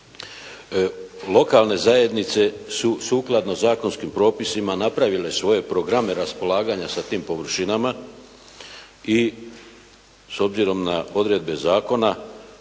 Lokalne zajednice su sukladno zakonskim propisima napravile svoje programe raspolaganja sa tim površinama i s obzirom na odredbe zakona